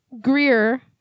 greer